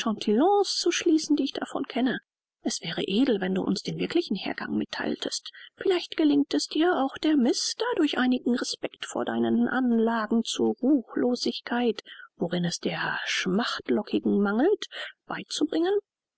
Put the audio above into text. zu schließen die ich davon kenne es wäre edel wenn du uns den wirklichen hergang mittheiltest vielleicht gelingt es dir auch der miß dadurch einigen respect vor deinen anlagen zur ruchlosigkeit woran es der schmachtlockigen mangelt beizubringen